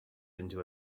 into